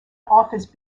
offers